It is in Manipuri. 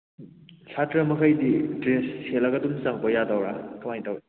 ꯁꯥꯇ꯭ꯔ ꯃꯈꯩꯗꯤ ꯗ꯭ꯔꯦꯁ ꯁꯦꯠꯂꯒ ꯑꯗꯨꯝ ꯆꯪꯉꯛꯄ ꯌꯥꯗꯣꯏꯔ ꯀꯃꯥꯏꯅ ꯇꯧꯋꯤ